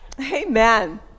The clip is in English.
Amen